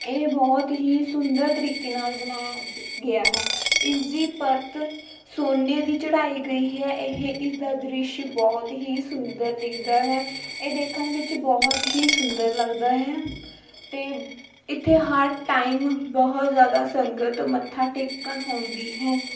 ਇਹ ਬਹੁਤ ਹੀ ਸੁੰਦਰ ਤਰੀਕੇ ਨਾਲ ਬਣਾਇਆ ਗਿਆ ਹੈ ਇਸ ਦੀ ਪਰਤ ਸੋਨੇ ਦੀ ਚੜ੍ਹਾਈ ਗਈ ਹੈ ਇਹ ਇਸ ਦਾ ਦ੍ਰਿਸ਼ ਬਹੁਤ ਹੀ ਸੁੰਦਰ ਦਿਖਦਾ ਹੈ ਇਹ ਦੇਖਣ ਵਿੱਚ ਬਹੁਤ ਹੀ ਸੁੰਦਰ ਲੱਗਦਾ ਹੈ ਅਤੇ ਇੱਥੇ ਹਰ ਟਾਈਮ ਬਹੁਤ ਜ਼ਿਆਦਾ ਸੰਗਤ ਮੱਥਾ ਟੇਕਣ ਆਉਂਦੀ ਹੈ